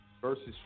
Versus